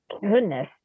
Goodness